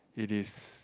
it is